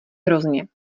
hrozně